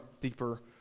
deeper